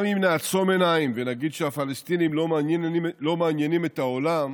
גם אם נעצום עיניים ונגיד שהפלסטינים לא מעניינים את העולם,